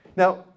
Now